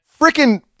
Freaking